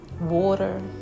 water